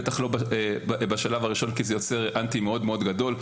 בטח לא בשלב הראשון כי זה יוצר אנטי מאוד גדול,